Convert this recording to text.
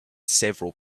several